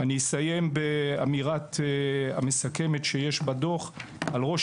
אני אסיים באמירה המסכמת שיש בדוח: על ראש